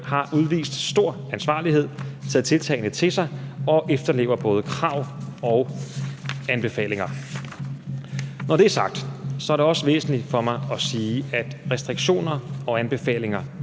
har udvist stor ansvarlighed, taget tiltagene til sig og efterlever både krav og anbefalinger. Når det er sagt, er det også væsentligt for mig at sige, at restriktioner og anbefalinger